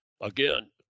Again